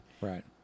Right